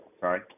Sorry